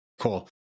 Cool